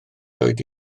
oedi